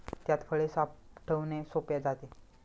त्यात फळे साठवणे सोपे जाते